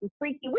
freaky